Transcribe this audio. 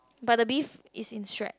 but the beef is in strap